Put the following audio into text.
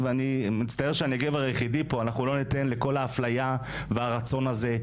ואני מאחלת לך הרבה הצלחה.